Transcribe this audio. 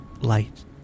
light